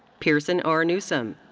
pearson r. newsome.